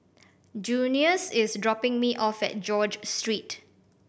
Junious is dropping me off at George Street